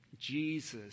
Jesus